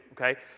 okay